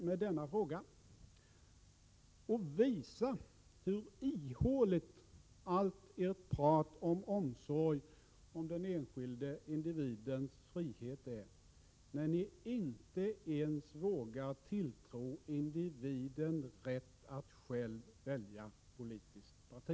Vi skall visa hur ihåligt ert prat om omsorg om den enskilde individens frihet är, när ni inte ens vågar ge individen rätt att välja politiskt parti!